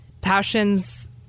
passions